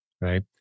Right